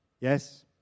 Yes